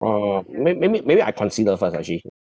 uh may~ maybe maybe I consider first ah actually mm